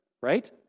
Right